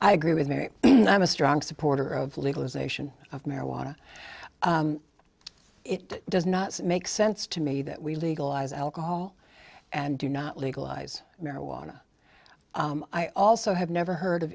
i agree with mary i'm a strong supporter of legalization of marijuana it does not make sense to me that we legalize alcohol and do not legalize marijuana i also have never heard of